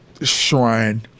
shrine